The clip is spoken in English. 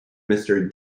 mister